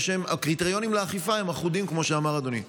והקריטריונים לאכיפה הם בררניים, כפי שאמר אדוני.